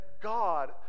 God